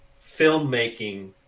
filmmaking